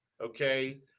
Okay